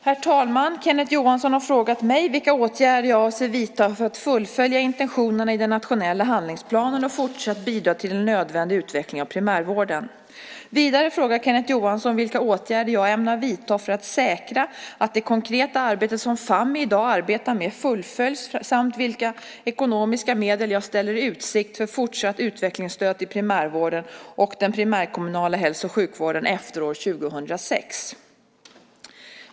Herr talman! Kenneth Johansson har frågat mig vilka åtgärder jag avser att vidta för att fullfölja intentionerna i den nationella handlingsplanen och fortsatt bidra till en nödvändig utveckling av primärvården. Vidare frågar Kenneth Johansson vilka åtgärder jag ämnar vidta för att säkra att det konkreta arbete som Fammi i dag arbetar med fullföljs samt vilka ekonomiska medel jag ställer i utsikt för fortsatt utvecklingsstöd till primärvården och den primärkommunala hälso och sjukvården efter år 2006.